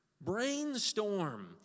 Brainstorm